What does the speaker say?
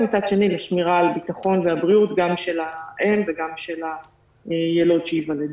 ומצד שני לשמירה על הביטחון והבריאות גם של האם וגם של היילוד שייוולד.